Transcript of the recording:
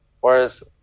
Whereas